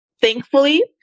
Thankfully